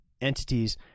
entities